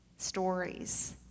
stories